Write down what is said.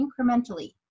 incrementally